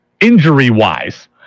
Injury-wise